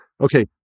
okay